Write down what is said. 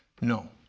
no